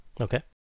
Okay